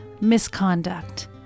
misconduct